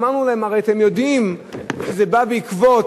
ואמרנו להם: הרי אתם יודעים שזה בא בעקבות